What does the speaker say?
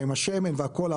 עם השמן והכל,